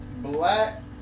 black